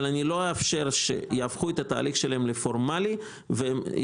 אבל אני לא אאפשר שיהפכו את התהליך שלהם לפורמאלי ויכריחו